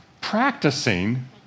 practicing